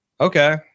Okay